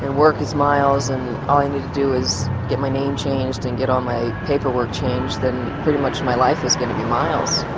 and work as miles and all i need to do is get my name changed and get all my paperwork changed then pretty much my life is going to be miles.